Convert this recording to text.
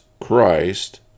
Christ